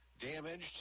damaged